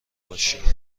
باشی